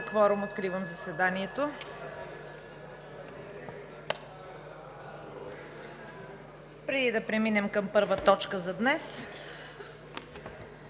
кворум. Откривам заседанието. Преди да преминем към първа точка за днес,